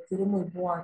tyrimui buvo